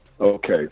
okay